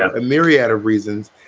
a myriad of reasons.